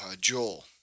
Joel